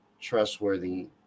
trustworthy